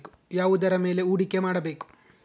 ಯಾವುದರ ಮೇಲೆ ಹೂಡಿಕೆ ಮಾಡಬೇಕು?